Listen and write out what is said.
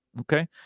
Okay